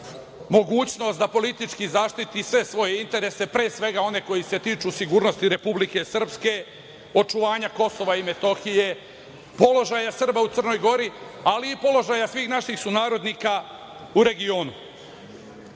mogućnost da politički zaštiti sve svoje interese, pre svega one koji se tiču sigurnosti Republike Srpske, očuvanja KiM, položaja Srba u Crnoj Gori, ali i položaja svih naših sunarodnika u regionu. Šta